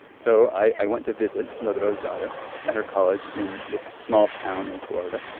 so i went to visit godreau's daughter at her college in this small town in florida.